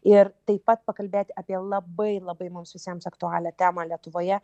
ir taip pat pakalbėt apie labai labai mums visiems aktualią temą lietuvoje